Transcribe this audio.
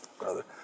brother